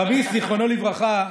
חמיס, זיכרונו לברכה,